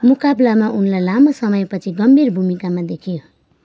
मुकाबलामा उनलाई लामो समयपछि गम्भीर भूमिकामा देखियो